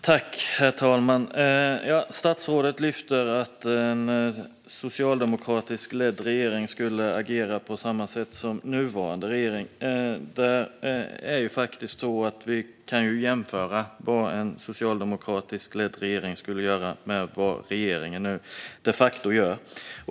Herr talman! Statsrådet tog upp att en socialdemokratiskt ledd regering skulle agera på samma sätt som nuvarande regering. Man kan ju jämföra vad en socialdemokratiskt ledd regering skulle göra med vad regeringen nu de facto gör.